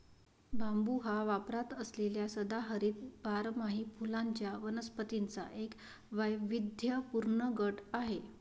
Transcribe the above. बांबू हा वापरात असलेल्या सदाहरित बारमाही फुलांच्या वनस्पतींचा एक वैविध्यपूर्ण गट आहे